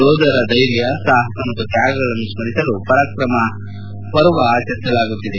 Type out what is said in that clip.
ಯೋಧರ ಧೈರ್ಯ ಸಾಪಸ ಮತ್ತು ತ್ಯಾಗಗಳನ್ನು ಸ್ಮರಿಸಲು ವರಾಕ್ರಮ್ ಪರ್ವ ಆಚರಿಸಲಾಗುತ್ತಿದೆ